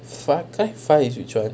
far cry five is which [one]